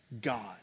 God